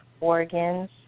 organs